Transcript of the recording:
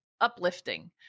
uplifting